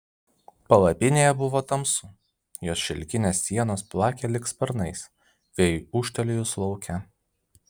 palapinėje buvo tamsu jos šilkinės sienos plakė lyg sparnais vėjui ūžtelėjus lauke